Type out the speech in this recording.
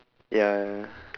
ya